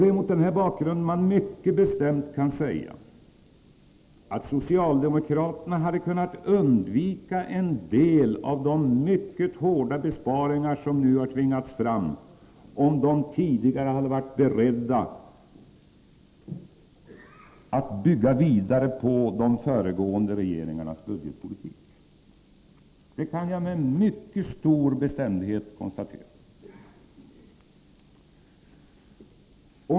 Det är mot denna bakgrund som man mycket bestämt kan säga att socialdemokraterna hade kunnat undvika en del av de mycket hårda besparingar som nu har tvingats fram, om de tidigare hade varit beredda att bygga vidare på de föregående regeringarnas budgetpolitik. Det kan jag med mycket stor bestämdhet konstatera.